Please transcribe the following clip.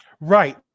Right